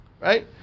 right